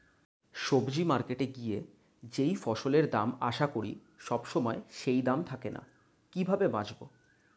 সবজি মার্কেটে গিয়ে যেই ফসলের দাম আশা করি সবসময় সেই দাম থাকে না এর থেকে কিভাবে বাঁচাবো?